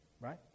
Right